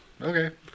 okay